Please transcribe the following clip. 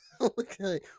Okay